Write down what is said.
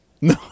No